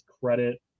credit